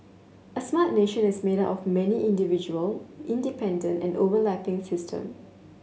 a smart nation is made up of many individual independent and overlapping system